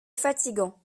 fatigant